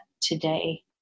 today